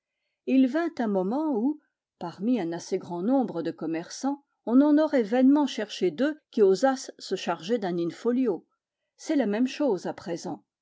il vint un moment où parmi un assez grand nombre de commerçants on en aurait vainement cherché deux qui osassent se charger d'un in-folio c'est la même chose à présent